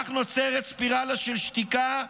כך נוצרת ספירלה של שתיקה,